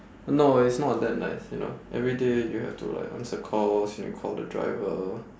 no it's not that nice you know everyday you have to like answer calls and you call the driver